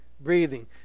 breathing